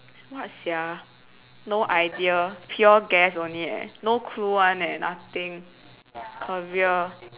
what sia no idea pure guess only leh no clue [one] leh nothing career